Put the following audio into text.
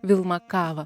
vilma kava